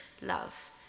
love